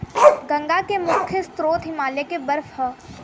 गंगा के मुख्य स्रोत हिमालय के बर्फ ह